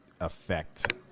affect